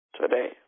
today